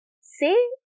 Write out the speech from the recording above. see